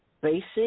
Basic